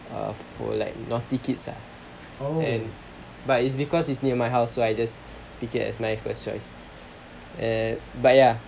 uh for like naughty kids ah and but is because is near my house so I take it as my first choice but ya